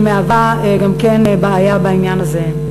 שמהווה גם כן בעיה בעניין הזה.